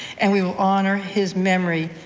and we will honor his memory.